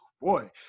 Boy